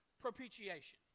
propitiation